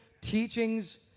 teachings